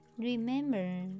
Remember